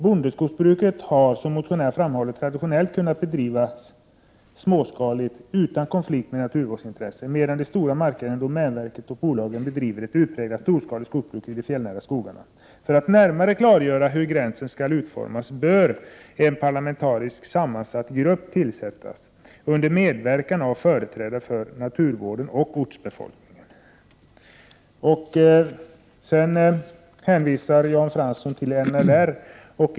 Bondeskogsbruket har som motionärerna framhåller traditionellt kunnat bedrivas småskaligt, utan konflikt med naturvårdsintressena, medan de stora markägarna, domänverket och bolagen bedriver ett utpräglat storskaligt skogsbruk i de fjällnära skogarna. För att närmare klargöra hur gränsen skall utformas bör en parlamentariskt sammansatt grupp tillsättas under medverkan av företrädare för naturvården och ortsbefolkningen.” Jan Fransson hänvisar vidare till NRL.